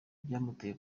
byamuteye